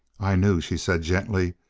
i knew, she said gently,